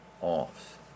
off